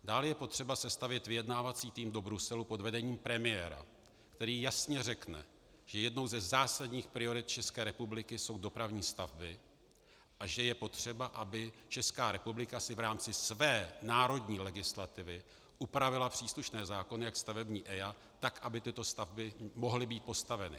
Dále je potřeba sestavit vyjednávací tým do Bruselu pod vedením premiéra, který jasně řekne, že jednou ze zásadních priorit České republiky jsou dopravní stavby a že je potřeba, aby Česká republika si v rámci své národní legislativy upravila příslušné zákony, jak stavební EIA, tak aby tyto stavby mohly být postaveny.